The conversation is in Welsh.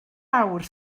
awr